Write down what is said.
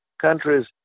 countries